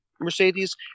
mercedes